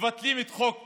מבטלים את חוק קמיניץ,